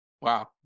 Wow